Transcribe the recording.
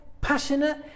passionate